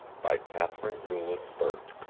by katharine newlin burt